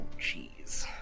jeez